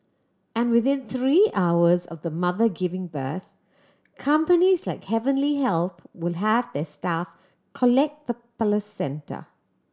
and within three hours of the mother giving birth companies like Heavenly Health will have their staff collect the placenta